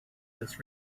this